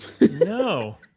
No